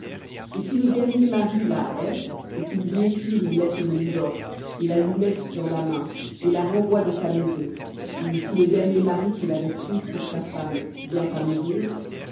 et si le dernier mari la hait et qu'il lui écrive une lettre de divorce et la lui mette dans la main et la renvoie de sa maison ou si le dernier mari qui l'avait prise pour sa femme vient à mourir